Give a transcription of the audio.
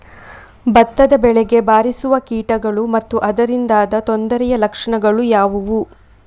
ಭತ್ತದ ಬೆಳೆಗೆ ಬಾರಿಸುವ ಕೀಟಗಳು ಮತ್ತು ಅದರಿಂದಾದ ತೊಂದರೆಯ ಲಕ್ಷಣಗಳು ಯಾವುವು?